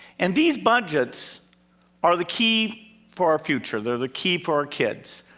and these budgets are the key for our future they're the key for our kids.